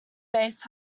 based